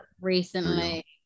recently